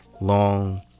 long